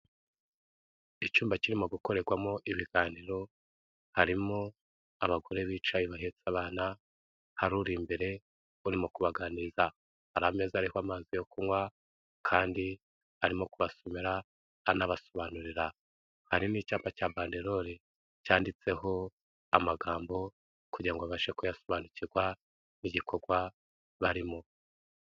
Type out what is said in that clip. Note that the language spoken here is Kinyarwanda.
Icyumba kirimo gukorerwamo ibiganiro, harimo abagore bicaye bahetse abana haru rimbere urimo kubaganiriza hari ameza ariko amazi yo kunywa kandi arimo kubasomera anabasobanurira. Harimo icyapa cya bandelole cyanditseho amagambo kugira ngo abashe kuyasobanukirwa n'igikorwa barimo.